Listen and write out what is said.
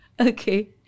Okay